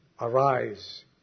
Arise